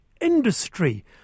industry